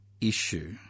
issue